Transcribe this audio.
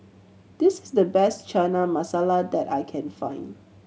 this is the best Chana Masala that I can find